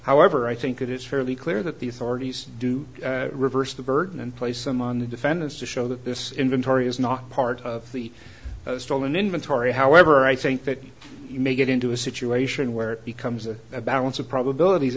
however i think it is fairly clear that the authorities do reverse the burden and place them on the defendants to show that this inventory is not part of the stolen inventory however i think that you may get into a situation where it becomes a balance of probabilities